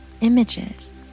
images